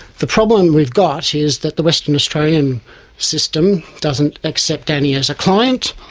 the problem we've got is that the western australian system doesn't accept annie as a client,